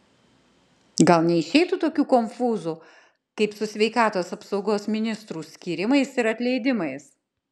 gal neišeitų tokių konfūzų kaip su sveikatos apsaugos ministrų skyrimais ir atleidimais